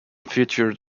features